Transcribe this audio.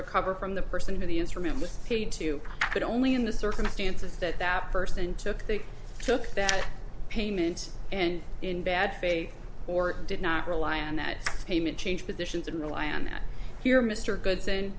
recover from the person who the instrument was paid to but only in the circumstances that that person took they took that payment and in bad faith or did not rely on that payment changed positions in the land that here mr good